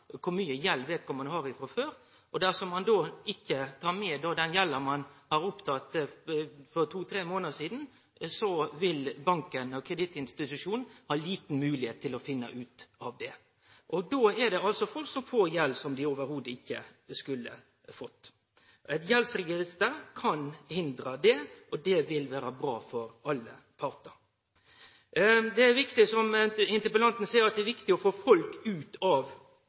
kor mykje gjeld vedkomande har frå før. Dersom ein då ikkje tek med den gjelda ein har teke opp for to–tre månader sidan, vil banken, kredittinstitusjonen, ha lita moglegheit til å finne ut av det. Då er det folk som får gjeld som dei ikkje i det heile skulle hatt. Eit gjeldsregister kan hindre det, og det vil vere bra for alle partar. Det er, som interpellanten seier, viktig å få folk ut av gjeldsfella – og det er openbert riktig. Men det er kanskje endå viktigare å hindre at folk